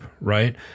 right